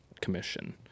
commission